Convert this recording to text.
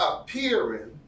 appearing